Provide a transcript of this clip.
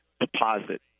deposit